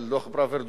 של דוח-פראוור,